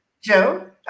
Joe